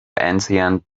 ancient